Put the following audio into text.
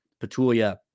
Petulia